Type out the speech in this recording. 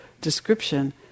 description